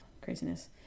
Craziness